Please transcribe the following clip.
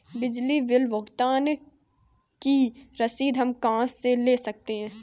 बिजली बिल भुगतान की रसीद हम कहां से ले सकते हैं?